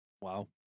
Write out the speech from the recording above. Wow